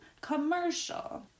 commercial